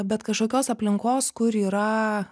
bet kažkokios aplinkos kur yra